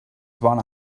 bona